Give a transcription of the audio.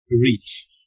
reach